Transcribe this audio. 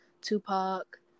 Tupac